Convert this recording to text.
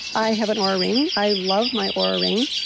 i have an oura ring. i love my oura ring.